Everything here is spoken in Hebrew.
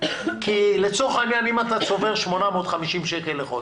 כי לצורך העניין אם אתה צובר 850 שקל לחודש,